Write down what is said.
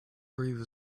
breathed